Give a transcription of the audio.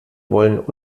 wollen